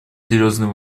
серьезные